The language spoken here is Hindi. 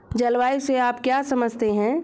जलवायु से आप क्या समझते हैं?